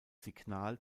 signal